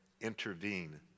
intervene